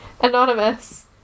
Anonymous